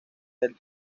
del